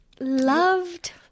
loved